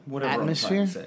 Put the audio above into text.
atmosphere